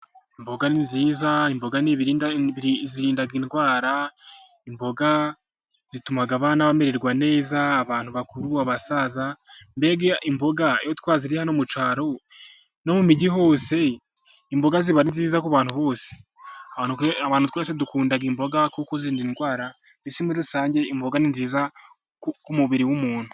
Imbogazi ni nziza, imboga zirinda indwara, imboga zituma abana bamererwa neza. Abantu bakuru, abasaza mbega imboga iyo twaziriye hano mu cyaro, no mu mijyi hose imboga ziba ari nziza, ku bantu bose. Dukunda imboga kuko zirinda indwara. Muri rusange imboga ni nziza ku mubiri w'umuntu.